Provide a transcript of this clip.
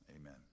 Amen